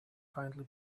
kindly